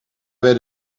weet